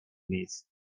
نیست